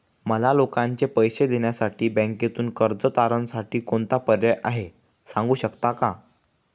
मला लोकांचे पैसे देण्यासाठी बँकेतून कर्ज तारणसाठी कोणता पर्याय आहे? सांगू शकता का?